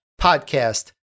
podcast